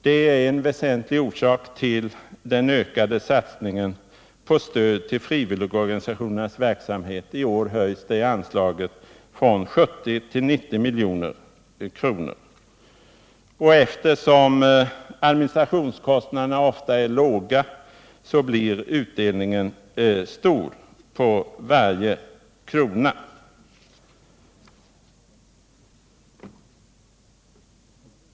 Detta är en väsentlig orsak till den ökade satsningen på stöd till frivilligorganisationernas verksamhet; i år höjs anslaget från 70 till 90 milj.kr. Eftersom administrationskostnaderna ofta är låga blir utdelningen stor på varje krona.